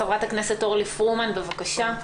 חברת הכנסת אורלי פרומן, בבקשה.